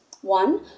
One